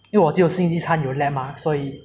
因为我只有星期三有 lab mah 所以